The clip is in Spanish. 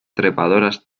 trepadoras